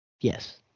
Yes